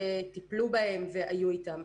שטיפלו בהן והיו איתן.